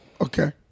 okay